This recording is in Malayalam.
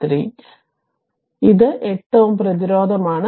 അതിനാൽ ഇത് 8 Ω പ്രതിരോധമാണ്